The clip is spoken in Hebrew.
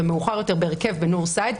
ומאוחר יותר בהרכב בנורסייד,